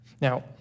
Now